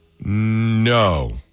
No